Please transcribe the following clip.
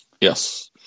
Yes